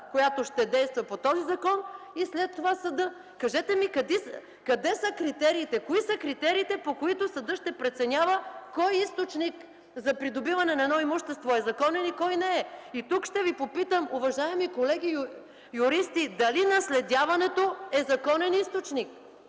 която ще действа по този закон, и след това - съдът. Кажете ми къде са критериите, кои са критериите, по които съдът ще преценява кой източник за придобиване на едно имущество е законен и кой – не е? Тук ще ви попитам, уважаеми колеги юристи, дали наследяването е законен източник?